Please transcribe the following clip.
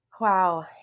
Wow